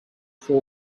for